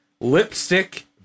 lipstick